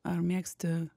ar mėgsti